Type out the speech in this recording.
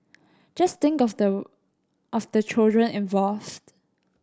just think of the of the children involved